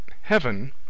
heaven